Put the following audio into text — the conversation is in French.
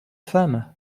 femme